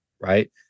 Right